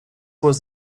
was